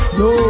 no